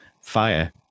Fire